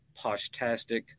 Poshtastic